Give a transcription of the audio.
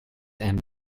and